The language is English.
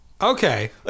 Okay